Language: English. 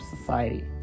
society